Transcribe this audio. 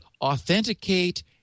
authenticate